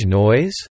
noise